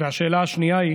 השאלה השנייה,